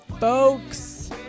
folks